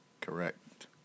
Correct